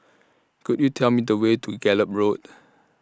Could YOU Tell Me The Way to Gallop Road